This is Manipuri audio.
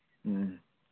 ꯎꯝ